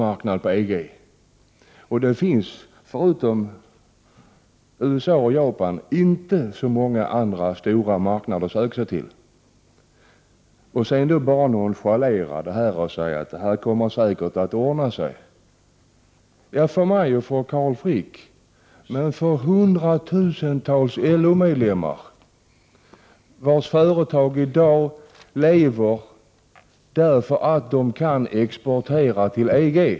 1988/89:129 finns, förutom USA och Japan, inte så många andra stora marknader att söka — 6 juni 1989 sig till. Men man bara nonchalerar det hela och säger att det kommer säkert att ordna sig. Ja, för mig och Carl Frick kommer det säkert att ordna sig, men hur går det för hundratusentals LO-medlemmar vars företag i dag lever därför att de kan exportera till EG?